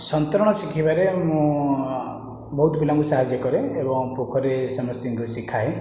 ସନ୍ତରଣ ଶିଖିବାରେ ମୁଁ ବହୁତ ପିଲାଙ୍କୁ ସାହାଯ୍ୟ କରେ ଏବଂ ପୋଖରୀ ସମସ୍ତଙ୍କୁ ଶିଖାଏ